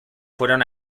fueron